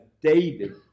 David